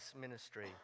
ministry